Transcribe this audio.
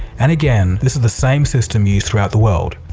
and again, this is the same system used throughout the world.